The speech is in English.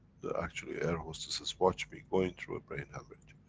the actual air hostesses watched me going through a brain hemorrhage,